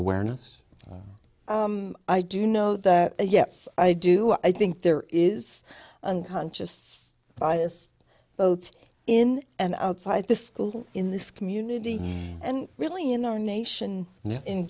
awareness i do know that yes i do i think there is unconscious bias both in and outside the school in this community and really in our nation in